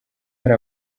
hari